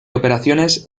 operaciones